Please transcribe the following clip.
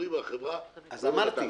אומרים לו: החברה לא מבטחת.